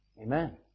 Amen